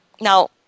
Now